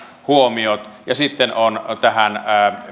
huomiot ja sitten ovat tähän